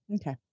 Okay